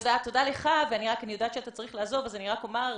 תודה לך ואני יודעת שאתה צריך לעזוב אז אני רק אומר,